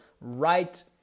right